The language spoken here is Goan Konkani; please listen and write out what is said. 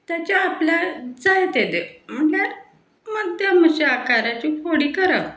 ताच्या आपल्या जाय तेदे म्हणल्यार मध्यम अशे आकाराचीं फोडी करप